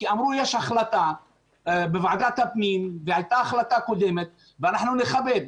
כי אמרו שיש החלטה בוועדת הפנים והייתה החלטה קודם ואנחנו נכבד.